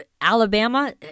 Alabama